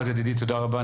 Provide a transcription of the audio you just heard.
בועז ידידי תודה רבה,